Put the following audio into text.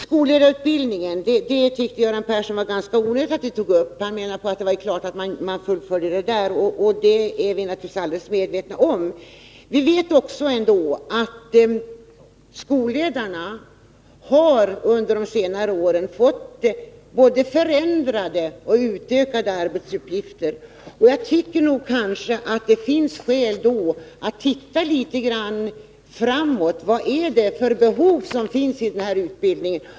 Göran Persson tyckte att det var ganska onödigt att vi tog upp frågan om skolledarutbildningen. Han menade att det var alldeles klart att man fullföljer detta. Det är vi naturligtvis medvetna om. Vi vet emellertid att skolledarna under senare år fått både förändrade och utökade arbetsuppgifter. Jag tycker att det då finns skäl att titta litet grand framåt: vad finns det för behov när det gäller denna utbildning.